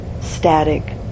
static